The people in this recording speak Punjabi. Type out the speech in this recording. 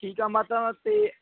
ਠੀਕ ਹੈ ਮਾਤਾ ਅਤੇ